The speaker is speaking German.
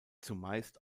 zumeist